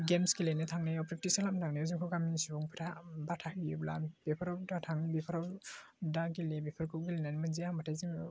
games गेलेनो थांनायाव practice खालामनो थांनायाव जोंखौ गामिनि सुबुंफ्रा बादा होयोब्ला बेफोराव दाथां बेफोराव दा गेले बेफोरखौ गेलेनानै मोनजाया होम्बाथाय जोङो